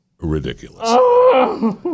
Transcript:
ridiculous